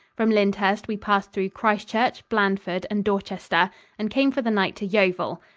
from lyndhurst we passed through christchurch, blandford and dorchester and came for the night to yeovil.